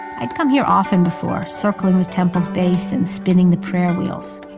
i'd come here often before, circling the temple's base and spinning the prayer wheels.